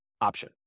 option